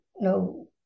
no